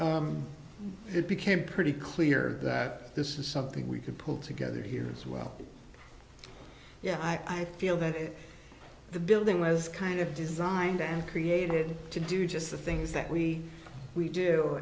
y it became pretty clear that this is something we could pull together here as well yeah i feel that the building was kind of designed and created to do just the things that we we do